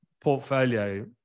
portfolio